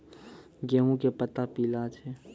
गेहूँ के पत्ता पीला छै?